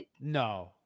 No